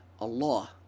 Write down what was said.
Allah